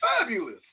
fabulous